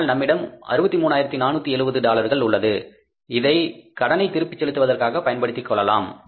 ஆனால் நம்மிடம் 63 ஆயிரத்து 470 டாலர்கள் உள்ளது இதை கடனை திருப்பிச் செலுத்துவதற்காக பயன்படுத்திக்கொள்ளலாம்